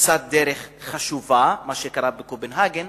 פריצת דרך חשובה, מה שקרה בקופנהגן,